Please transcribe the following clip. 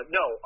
no